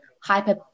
hyper